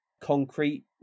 concrete